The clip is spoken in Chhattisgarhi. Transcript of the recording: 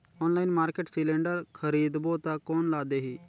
ऑनलाइन मार्केट सिलेंडर खरीदबो ता कोन ला देही?